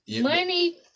Money